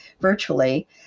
virtually